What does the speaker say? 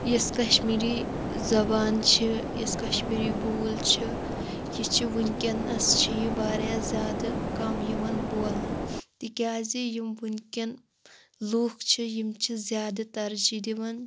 یُس کَشمیٖری زبان چھِ یُس کَشمیٖری بوٗلۍ چھِ یہِ چھِ وٕنۍکٮ۪نَس چھِ یہِ واریاہ زیادٕ کَم یِوان بولنہٕ تِکیٛازِ یِم وٕنۍکٮ۪ن لوٗکھ چھِ یِم چھِ زیادٕ ترجیح دِوان